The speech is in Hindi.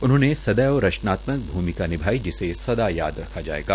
उन्होंने सदैव रचनात्मक भूमिका निभाई जिसे सदा याद रखा जायेगा